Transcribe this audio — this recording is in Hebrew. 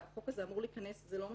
שהחוק הזה אמור להיכנס זה לא מספיק.